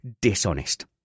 dishonest